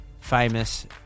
famous